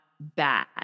Bad